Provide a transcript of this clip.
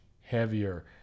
heavier